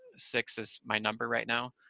six is my number right now.